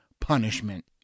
punishment